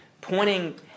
pointing